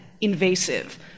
invasive